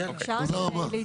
תודה רבה.